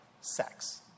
sex